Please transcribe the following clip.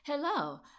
Hello